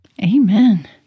Amen